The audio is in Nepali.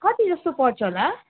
कति जस्तो पर्छ होला